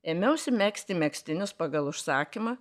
ėmiausi megzti megztinius pagal užsakymą